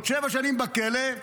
עוד שבע שנים בכלא,